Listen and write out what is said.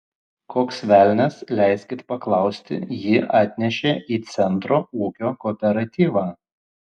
koks velnias leiskit paklausti jį atnešė į centro ūkio kooperatyvą